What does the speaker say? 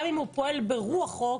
גם אם הוא פועל ברוח חוק,